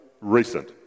recent